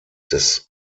des